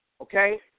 okay